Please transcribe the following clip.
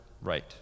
right